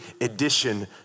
edition